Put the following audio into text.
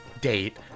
date